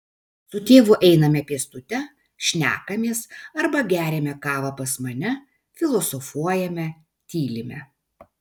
su tėvu einame pėstute šnekamės arba geriame kavą pas mane filosofuojame tylime